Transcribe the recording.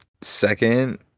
second